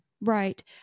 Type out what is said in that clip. Right